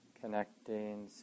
connecting